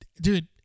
dude